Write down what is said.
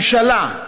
לממשלה,